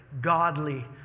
godly